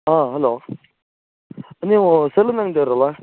ಆಂ hello ನೀವು salon ಅಂಗಡಿ ಅವ್ರಲ್ವಾ